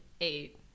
eight